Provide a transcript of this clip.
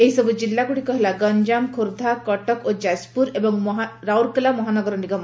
ଏହିସବ୍ ଜିଲାଗୁଡିକ ହେଲା ଗଞାମ ଖୋର୍ଦ୍ଧା କଟକ ଓ ଯାଜପୁର ଏବଂ ରାଉରକେଲା ମହାନଗର ନିଗମ